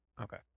Okay